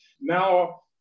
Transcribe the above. Now